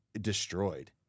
Destroyed